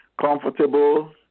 comfortable